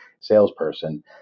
salesperson